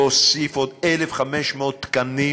להוסיף עוד 1,500 תקנים